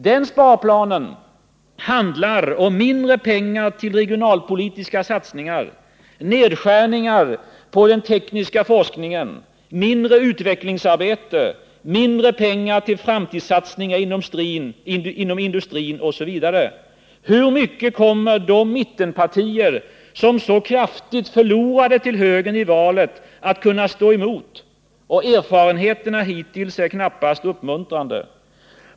Den sparplanen handlar om mindre pengar till regionalpolitiska satsningar, nedskärningar på den tekniska forskningen, mindre utvecklingsarbete, mindre pengar till framtidssatsningar inom industrin osv. Hur mycket kommer de mittenpartier som så kraftigt förlorade till högern i valet att kunna stå emot? Erfarenheterna hittills är knappast uppmuntrande!